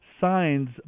signs